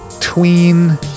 tween